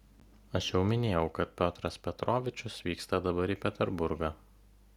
aš jau minėjau kad piotras petrovičius vyksta dabar į peterburgą